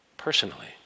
Personally